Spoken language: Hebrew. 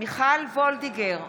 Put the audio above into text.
מיכל וולדיגר,